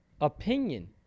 opinion